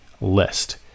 list